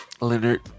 Leonard